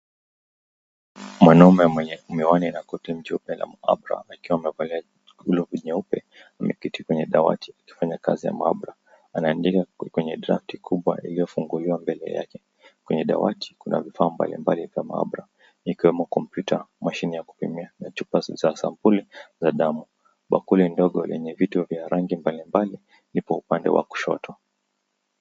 Mwanaume mwenye miwani na koti jeupe la maabara akiwa amevalia glovu nyeupe ameketi kwenye dawati akifanya kazi ya maabara. Anaandika kwenye drafti kubwa iliyofunguliwa mbele yake. Kwenye dawati kuna vifaa mbalimbali vya maabara ikiwemo kompyuta, mashine ya kupimia na chupa za sampuli za damu. Bakuli ndogo lenye vitu vya rangi mbalimbali liko upande wa kushoto.